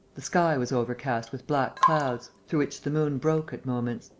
the sky was overcast with black clouds, through which the moon broke at moments.